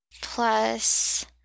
Plus